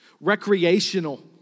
recreational